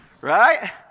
Right